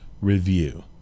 review